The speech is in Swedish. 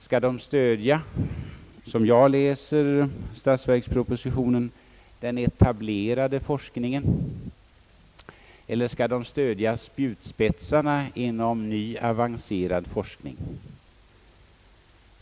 Skall de, som jag utläser ur statsverkspropositionen, stödja den etablerade forskningen, eller skall de stödja »spjutspetsarna» inom ny, avancerad forskning?